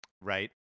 Right